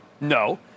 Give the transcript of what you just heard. No